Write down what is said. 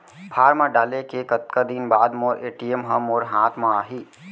Form डाले के कतका दिन बाद मोर ए.टी.एम ह मोर हाथ म आही?